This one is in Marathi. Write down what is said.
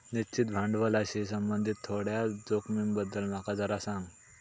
निश्चित भांडवलाशी संबंधित थोड्या जोखमींबद्दल माका जरा सांग